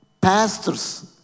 pastors